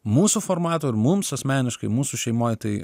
mūsų formato ir mums asmeniškai mūsų šeimoj tai